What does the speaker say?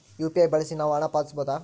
UPI ಬಳಸಿ ನಾವು ಹಣ ಪಾವತಿಸಬಹುದಾ?